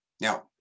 now